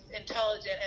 intelligent